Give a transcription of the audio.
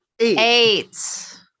eight